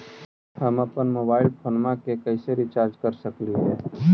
हम अप्पन mobile phone के कैसे रिचार्ज कर सकली हे?